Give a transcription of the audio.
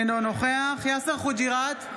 אינו נוכח יאסר חוג'יראת,